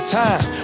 time